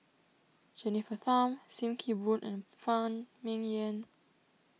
Jennifer Tham Sim Kee Boon and Phan Ming Yen